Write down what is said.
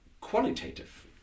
qualitative